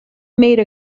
made